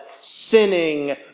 sinning